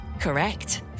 Correct